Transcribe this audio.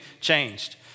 changed